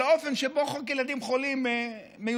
על האופן שבו חוק ילדים חולים מיושם: